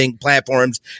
platforms